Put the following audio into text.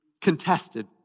contested